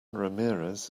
ramirez